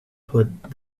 put